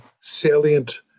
salient